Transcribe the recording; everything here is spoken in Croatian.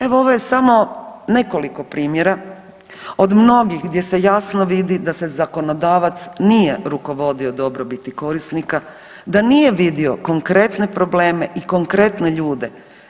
Evo, ovo je samo nekoliko primjera od mnogih di se jasno vidi da se zakonodavac nije rukovodio dobrobiti korisnika, da nije vidio konkretne probleme i konkretne ljude.